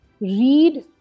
read